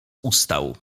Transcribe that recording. ustał